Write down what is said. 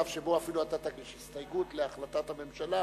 מצב שבו אפילו אתה תגיש הסתייגות להחלטת הממשלה.